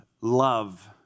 love